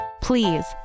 Please